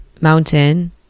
mountain